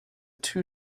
two